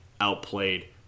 outplayed